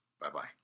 Bye-bye